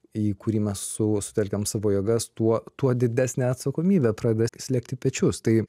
į kurį mes su sutelkiam savo jėgas tuo tuo didesnė atsakomybė pradeda slėgti pečius tai